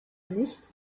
nicht